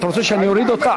אתה רוצה שאני אוריד אותך?